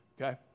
Okay